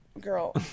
girl